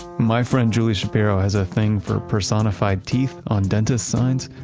my friend julie shapiro has a thing for personified teeth on dentist signs,